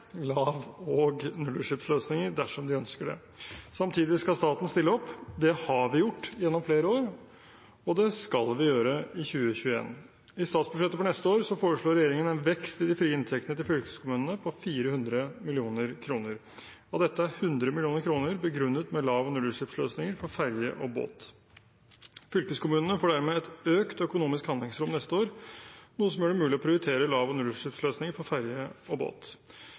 lav- og nullutslippsløsninger dersom de ønsker det. Samtidig skal staten stille opp. Det har vi gjort gjennom flere år, og det skal vi gjøre i 2021. I statsbudsjettet for neste år foreslår regjeringen en vekst i de frie inntektene til fylkeskommunene på 400 mill. kr. Av dette er 100 mill. kr begrunnet med lav- og nullutslippsløsninger for ferge og båt. Fylkeskommunene får dermed et økt økonomisk handlingsrom neste år, noe som gjør det mulig å prioritere lav- og nullutslippsløsninger for ferge og båt.